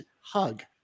hug